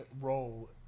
role